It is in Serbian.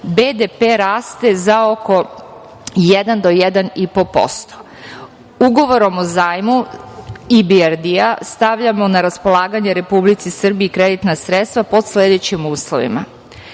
BDP raste za oko 1% do 1,5%. Ugovorom o zajmu IBRD stavljamo na raspolaganje Republici Srbiji kreditna sredstva po sledećim uslovima